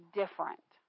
different